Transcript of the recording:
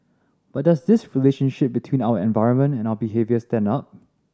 but does this relationship between our environment and our behaviour stand up